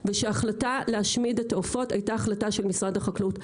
ושהחלטה להשמיד את העופות הייתה החלטה של משרד החקלאות.